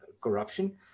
corruption